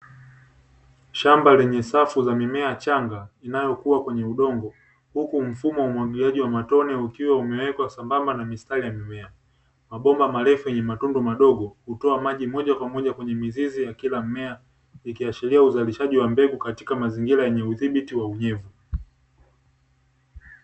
Shamba lenye safu za mimea changa inayokua kwenye udongo, huku mfumo wa umwagiliaji wa matone ukiwa umewekwa sambamba na mistari ya mimea, mabomba marefu yenye matunda madogo hutoa maji mojakwamoja kwenye mizizi yakila mmea ikiashiria uzalishaji wa mbegu katika mazingira yenye udhibiti wa unyevu.